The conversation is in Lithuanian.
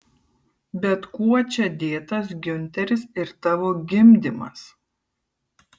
bet kuo čia dėtas giunteris ir tavo gimdymas